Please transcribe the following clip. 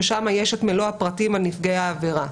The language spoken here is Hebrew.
ששם יש את מלוא הפרטים על נפגעי העבירה.